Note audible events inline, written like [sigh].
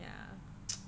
yeah [noise]